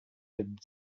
had